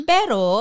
Pero